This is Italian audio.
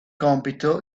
compito